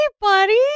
buddy